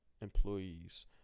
employees